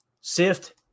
Sift